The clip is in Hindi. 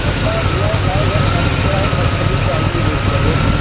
ऐसा है भैया हमारे घर शादी पड़ा है मछली चाहिए एक केरेट